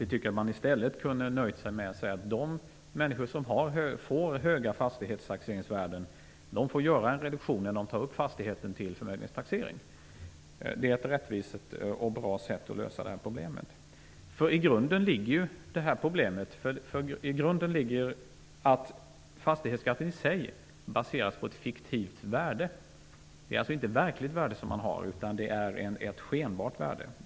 Vi tycker att man i stället kunde ha nöjt sig med att de människor som får höga fastighetstaxeringsvärden kunde få en reduktion när de tar upp fastigheten till förmögenhetstaxering. Det är ett rättvist och bra sätt att lösa det här problemet. Det handlar alltså inte om ett verkligt värde utan om ett skenbart värde.